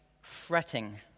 fretting